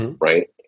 Right